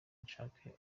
nshake